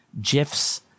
GIFs